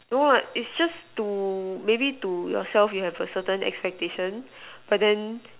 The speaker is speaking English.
no what it's just to maybe to yourself you have a certain expectation but then